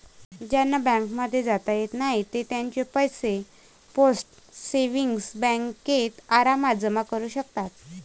ज्यांना बँकांमध्ये जाता येत नाही ते त्यांचे पैसे पोस्ट सेविंग्स बँकेत आरामात जमा करू शकतात